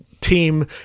team